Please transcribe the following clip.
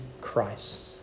Christ